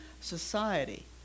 society